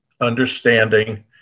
understanding